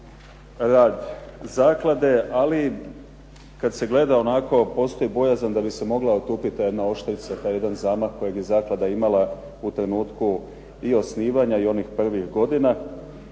rad zaklade, ali kada se gleda onako postoji bojazan da bi se moga otupiti ta jedna oštrica taj jedan zamah kojeg je zaklada imala u trenutku i osnivanja i onih prvih godina.